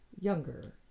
Younger